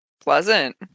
Pleasant